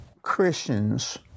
Christians